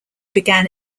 began